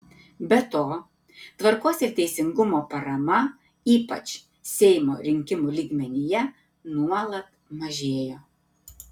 be to tvarkos ir teisingumo parama ypač seimo rinkimų lygmenyje nuolat mažėjo